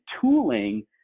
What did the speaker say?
tooling